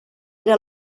era